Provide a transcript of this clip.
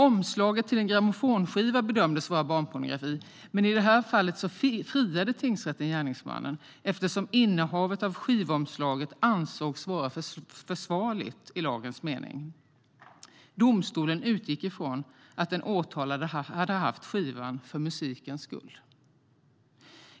Omslaget till en grammofonskiva bedömdes vara barnpornografi, men i det här fallet friade tingsrätten gärningsmannen eftersom innehavet av skivomslaget ansågs vara försvarligt i lagens mening. Domstolen utgick ifrån att den åtalade hade haft skivan för musikens skull.